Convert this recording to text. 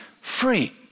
free